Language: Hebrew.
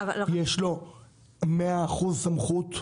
יש לו 100 אחוז סמכות.